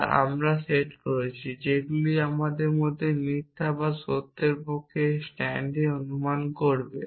যা আমরা সেট করেছি যেগুলি আমাদের মধ্যে মিথ্যা এবং সত্যের পক্ষে এই স্ট্যান্ডটি অনুমান করবে